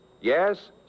Yes